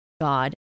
God